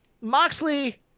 Moxley